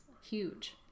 huge